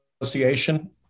Association